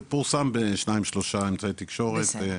זה פורסם בשניים שלושה אמצעי תקשורת.